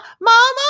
Mama